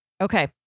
Okay